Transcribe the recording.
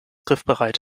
griffbereit